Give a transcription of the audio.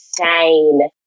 insane